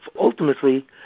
ultimately